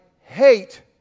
hate